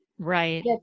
Right